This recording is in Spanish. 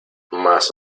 más